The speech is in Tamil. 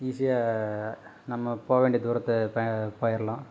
ஈசியாக நம்ம போக வேண்டிய தூரத்தை போ போயிரலாம்